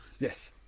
Yes